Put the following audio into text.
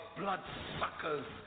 bloodsuckers